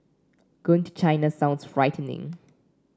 going to China sounds frightening